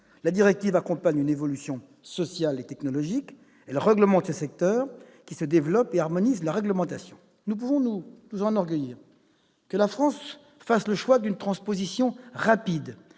la directive accompagne une évolution sociale et technologique, réglemente un secteur qui se développe et harmonise la réglementation. Nous pouvons nous enorgueillir que la France fasse le choix d'une transposition rapide